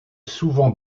souvent